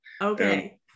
okay